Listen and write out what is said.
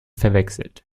verwechselt